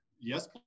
yes